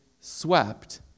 swept